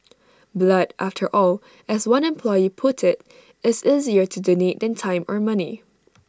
blood after all as one employee put IT is easier to donate than time or money